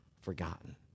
forgotten